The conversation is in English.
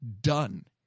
done